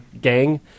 gang